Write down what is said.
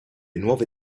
nuove